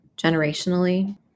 generationally